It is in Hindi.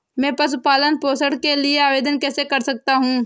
मैं पशु पालन पोषण के लिए आवेदन कैसे कर सकता हूँ?